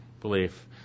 Belief